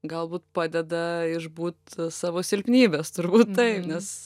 galbūt padeda išbūt savo silpnybes turbūt taip nes